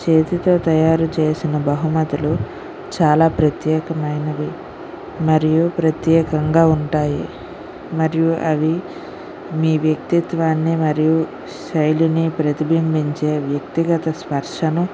చేతితో తయారు చేసిన బహుమతులు చాలా ప్రత్యేకమైనవి మరియు ప్రత్యేకంగా ఉంటాయి మరియు అవి మీ వ్యక్తిత్వాన్ని మరియు శైలిని ప్రతిబింబించే వ్యక్తిగత స్పర్శను